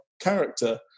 character